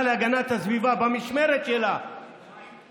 להגנת הסביבה במשמרת שלה מרחיבה את שטחי